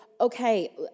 okay